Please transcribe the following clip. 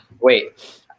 Wait